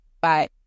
Bye